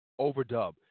Overdub